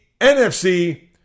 NFC